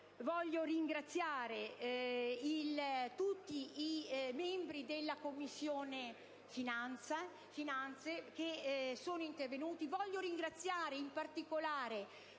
Infine, ringrazio tutti i membri della Commissione finanze che sono intervenuti